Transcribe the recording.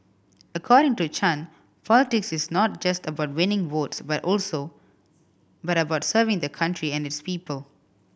according to Chan politics is not just about winning votes but also but about serving the country and its people